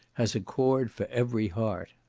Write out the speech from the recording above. has a chord for every heart.